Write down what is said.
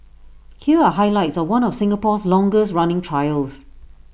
here are highlights of one of Singapore's longest running trials